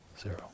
Zero